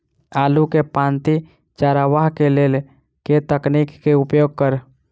आलु केँ पांति चरावह केँ लेल केँ तकनीक केँ उपयोग करऽ?